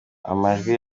amajwi